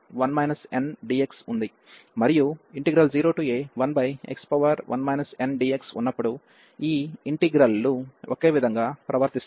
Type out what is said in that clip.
మరియు 0a1x1 ndx ఉన్నప్పుడు ఈ ఇంటిగ్రల్ లు ఒకే విధంగా ప్రవర్తిస్తాయి